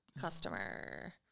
customer